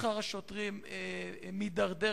שכר השוטרים מידרדר.